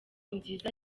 nziza